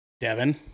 Devin